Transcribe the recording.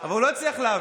אבל הוא לא הצליח להעביר,